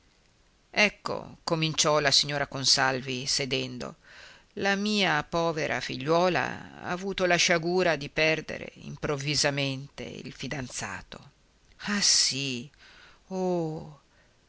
ecco cominciò la signora consalvi sedendo la mia povera figliuola ha avuto la sciagura di perdere improvvisamente il fidanzato ah sì oh